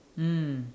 mm